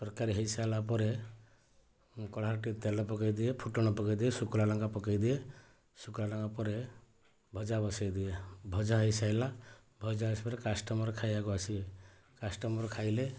ତରକାରୀ ହେଇସାରିଲା ପରେ କଢ଼ାରେ ଟିକେ ତେଲ ପକାଇଦିଏ ଫୁଟଣ ପକାଇଦିଏ ଶୁଖିଲା ଲଙ୍କା ପକାଇଦିଏ ଶୁଖିଲା ଲଙ୍କା ପରେ ଭଜା ବସାଇଦିଏ ଭଜା ହେଇସାଇଲା ଭଜା ହେଇସାରିବା ପରେ କାଷ୍ଟମର ଖାଇବାକୁ ଆସିବେ କାଷ୍ଟମର ଖାଇଲେ